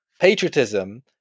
patriotism